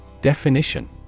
Definition